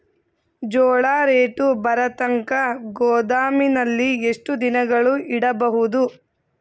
ಜೋಳ ರೇಟು ಬರತಂಕ ಗೋದಾಮಿನಲ್ಲಿ ಎಷ್ಟು ದಿನಗಳು ಯಿಡಬಹುದು?